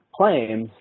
claims